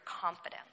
confidence